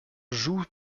joue